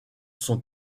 son